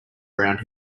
around